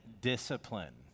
discipline